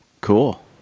cool